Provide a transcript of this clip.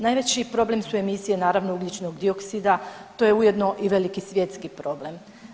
Najveći problem su emisije, naravno, ugljičnog dioksida, tu je jedno i veliki svjetski problem.